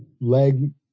leg